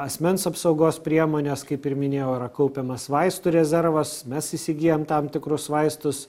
asmens apsaugos priemonės kaip ir minėjau yra kaupiamas vaistų rezervas mes įsigyjam tam tikrus vaistus